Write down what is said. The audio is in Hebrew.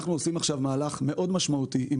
אנחנו עושים עכשיו מהלך מאוד משמעותי עם